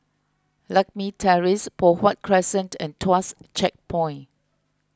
Lakme Terrace Poh Huat Crescent and Tuas Checkpoint